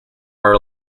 are